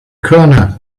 corner